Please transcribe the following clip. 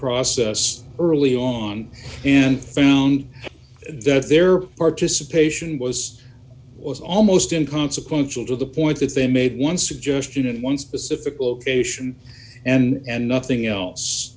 process early on and found that their participation was was almost in consequential to the point that they made one suggestion in one specific location and nothing else